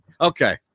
Okay